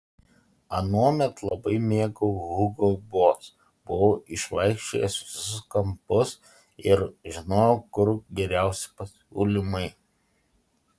anuomet labai mėgau hugo boss buvau išvaikščiojęs visus kampus ir žinojau kur geriausi pasiūlymai